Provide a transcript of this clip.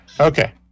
Okay